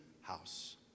house